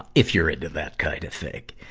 if your into that kind of thing.